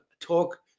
Talk